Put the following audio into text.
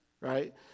right